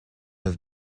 have